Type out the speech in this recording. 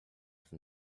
from